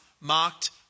marked